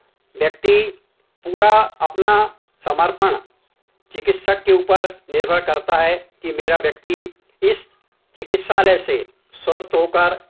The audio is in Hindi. व्यक्ति पूरा अपना समर्पण चिकित्सक के ऊपर निर्भर करता है कि मेरा व्यक्ति इस चिकित्सालय से स्वस्थ होकर